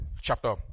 chapter